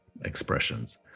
expressions